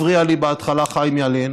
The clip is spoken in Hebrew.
הפריע לי בהתחלה חיים ילין,